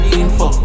info